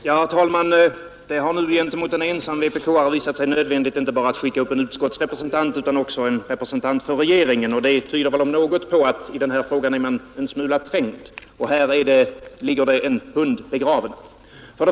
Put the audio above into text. Herr talman! Det har nu gentemot en ensam vpk:are visat sig nödvändigt att skicka upp inte bara en utskottsrepresentant utan också en representant för regeringen, och det tyder väl om något på att man i den här frågan är en smula trängd och att det här ligger en hund begraven.